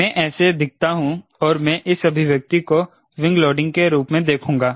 मैं ऐसा दिखता हूं और मैं इस अभिव्यक्ति को विंग लोडिंग के रूप में देखूंगा